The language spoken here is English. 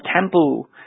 temple